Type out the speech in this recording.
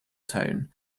tone